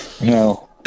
No